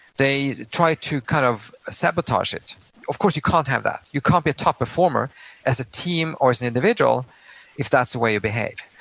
they try to kind of ah sabotage it of course, you can't have that, you can't be a top performer as a team or as an individual if that's the way you behave.